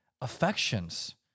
affections